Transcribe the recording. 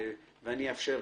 אני מבין,